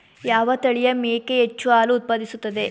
ಯಾವ ತಳಿಯ ಮೇಕೆ ಹೆಚ್ಚು ಹಾಲು ಉತ್ಪಾದಿಸುತ್ತದೆ?